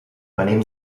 venim